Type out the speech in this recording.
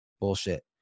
bullshit